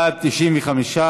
סעיפים 1 5 נתקבלו.